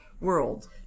world